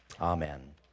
Amen